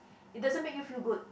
it doesn't make you feel good